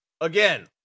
again